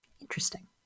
Interesting